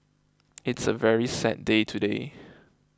it's a very sad day today